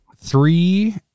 three